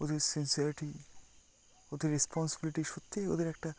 ওদের sincerity responsibility সত্যি ওদের একটা